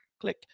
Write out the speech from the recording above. click